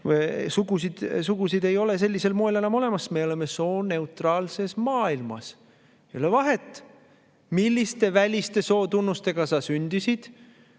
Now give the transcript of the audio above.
Sugusid ei ole sellisel moel enam olemas. Me oleme sooneutraalses maailmas. Ei ole vahet, milliste väliste sootunnustega sa sündisid.